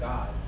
God